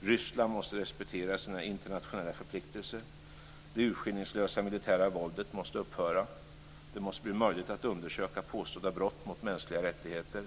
Ryssland måste respektera sina internationella förpliktelser. · Det urskillningslösa militära våldet måste upphöra. · Det måste bli möjligt att undersöka påstådda brott mot mänskliga rättigheter.